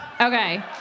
Okay